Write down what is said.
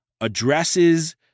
addresses